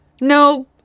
No